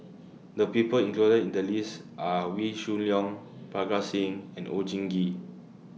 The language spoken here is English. The People included in The list Are Wee Shoo Leong Parga Singh and Oon Jin Gee